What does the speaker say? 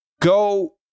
go